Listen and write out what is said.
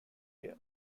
year